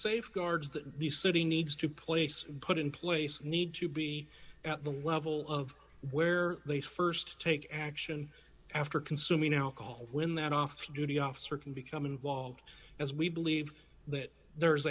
safeguards that the city needs to place put in place need to be at the level of where they st take action after consuming alcohol when that off duty officer can become involved as we believe that there is